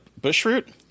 Bushroot